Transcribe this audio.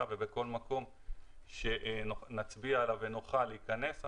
ובכל מקום שנצביע עליו ונוכל להיכנס,